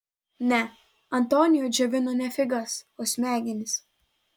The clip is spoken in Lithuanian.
ne antonio džiovino ne figas o smegenis